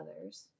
others